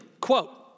quote